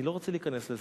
אני לא רוצה להיכנס לזה.